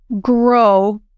grow